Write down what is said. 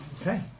Okay